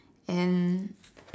and